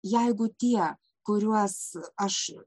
jeigu tie kuriuos aš